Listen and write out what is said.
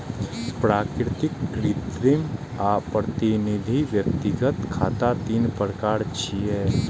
प्राकृतिक, कृत्रिम आ प्रतिनिधि व्यक्तिगत खाता तीन प्रकार छियै